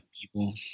people